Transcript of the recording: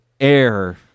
air